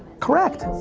correct.